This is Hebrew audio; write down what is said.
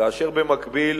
כאשר במקביל